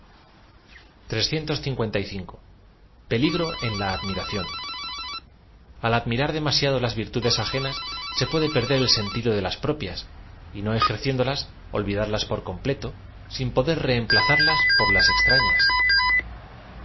e t o en la admiración a l adm irar demasiado las virtudes ajea as se puede perder el sentido de las propias y no eferciéndolas olvidarlas por completo sin poder reem plazarlas por las estrafias